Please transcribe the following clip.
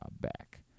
back